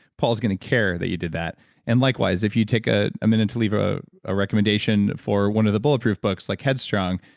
paul is going to care that you did that and likewise, if you take ah a minute to leave ah a recommendation for one of the bulletproof books like head strong,